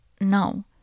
No